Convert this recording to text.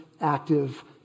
active